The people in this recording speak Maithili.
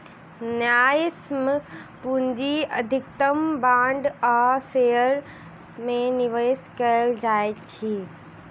न्यायसम्य पूंजी अधिकतम बांड आ शेयर में निवेश कयल जाइत अछि